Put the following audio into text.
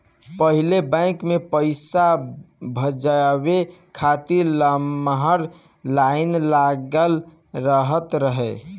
पहिले बैंक में पईसा भजावे खातिर लमहर लाइन लागल रहत रहे